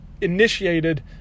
initiated